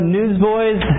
Newsboys